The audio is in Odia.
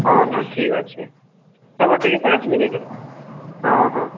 ହଁ ହଁ ଠିକ୍ ଅଛେ ତମର୍ ଟିକେ ପାଞ୍ଚ୍ ମିନିଟ୍ ହଁ ହଁ